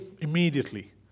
immediately